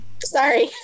Sorry